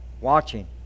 Watching